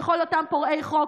לכל אותם פורעי חוק,